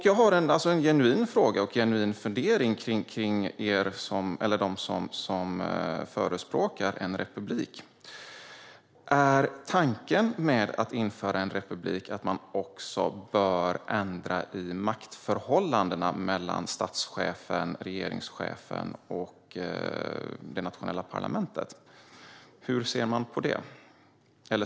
Jag har en genuin fundering och en genuin fråga till er som förespråkar republik: Är tanken med att införa republik att man också bör ändra maktförhållandena mellan statschefen, regeringschefen och det nationella parlamentet? Hur ser ni på det?